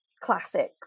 classic